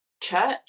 church